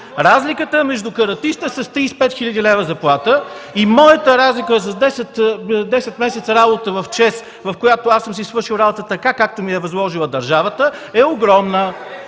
Разликата между Каратиста с 35 хил. лв. заплата и моята разлика за 10 месеца работа в ЧЕЗ, в която съм си свършил работата, както ми е възложила държавата, е огромна.